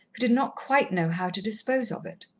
who did not quite know how to dispose of it.